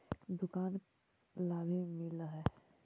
दुकान ला भी मिलहै?